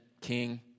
king